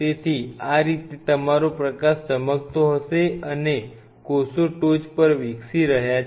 તેથી આ રીતે તમારો પ્રકાશ ચમકતો હશે અને કોષો ટોચ પર વિકસી રહ્યા છે